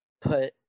put